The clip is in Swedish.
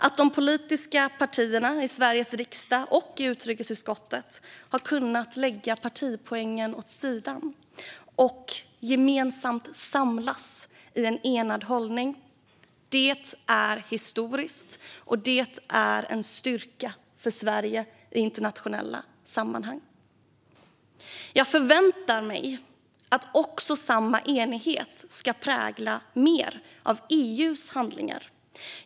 Att de politiska partierna i Sveriges riksdag och i utrikesutskottet har kunnat lägga partipoängen åt sidan och gemensamt samlas i en enad hållning är historiskt och en styrka för Sverige i internationella sammanhang. Jag förväntar mig att samma enighet ska prägla mer av EU:s handlingar.